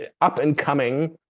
up-and-coming